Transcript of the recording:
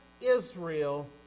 Israel